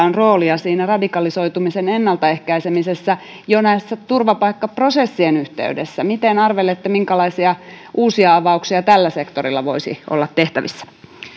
on roolia radikalisoitumisen ennalta ehkäisemisessä jo turvapaikkaprosessien yhteydessä miten arvelette minkälaisia uusia avauksia tällä sektorilla voisi olla tehtävissä